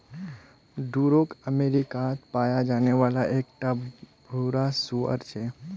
Duroc अमेरिकात पाया जाने वाला एक टा भूरा सूअर छे